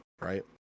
right